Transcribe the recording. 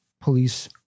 police